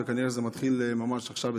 כנראה זה מתחיל ממש עכשיו,